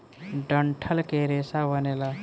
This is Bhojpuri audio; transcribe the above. डंठल के रेसा बनेला